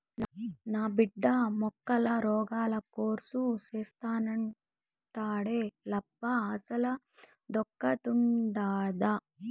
నా బిడ్డ మొక్కల రోగాల కోర్సు సేత్తానంటాండేలబ్బా అసలదొకటుండాదా